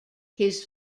his